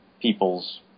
people's